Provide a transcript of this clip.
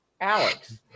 alex